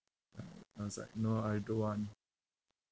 I I was like no I don't want